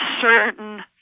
certain